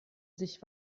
sich